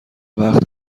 وقت